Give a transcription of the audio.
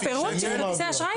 את הפירוט של כרטיסי האשראי?